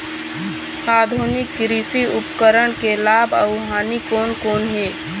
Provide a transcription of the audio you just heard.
आधुनिक कृषि उपकरण के लाभ अऊ हानि कोन कोन हे?